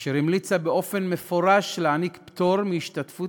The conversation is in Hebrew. אשר המליצה במפורש להעניק פטור מההשתתפות